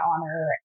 honor